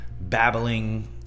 babbling